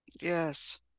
Yes